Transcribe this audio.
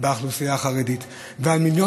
על האוכלוסייה החרדית ועל 1.5 מיליון